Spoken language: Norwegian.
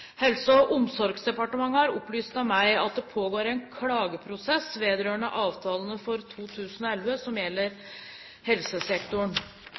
Helse- og omsorgsdepartementet har opplyst til meg at det pågår en klageprosess vedrørende avtalene for 2011 som gjelder helsesektoren.